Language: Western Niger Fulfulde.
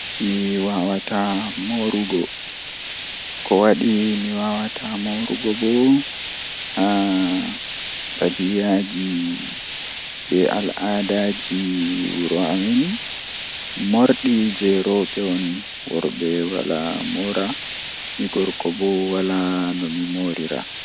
Ndikkinami mi laata midon nder jaangol malla pewol haadow guldum ngam guldum to wadi guldum masin dum masibo, Hadama daanugo hadama juulugo hadama ko ayidi wadugo fuu amma jango mo jango wadori fuu to aborni kare jangol asuddoto awawan awada nden ayaha haa ayidi fu.